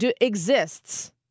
exists